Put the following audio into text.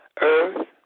earth